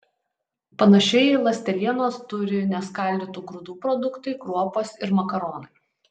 panašiai ląstelienos turi neskaldytų grūdų produktai kruopos ir makaronai